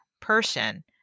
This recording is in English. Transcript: person